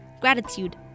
gratitude